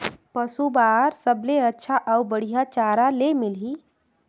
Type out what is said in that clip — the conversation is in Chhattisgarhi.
पशु बार सबले अच्छा अउ बढ़िया चारा ले मिलही?